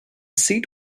seat